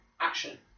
action